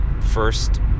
first